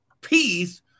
peace